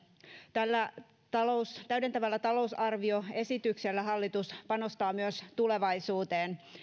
tällä täydentävällä talousarvioesityksellä hallitus panostaa myös tulevaisuuteen